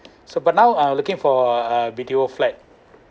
so but now I looking for a reno flat